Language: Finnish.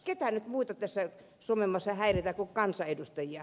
ketä nyt muita tässä suomenmaassa häiritään kuin kansanedustajia